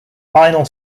final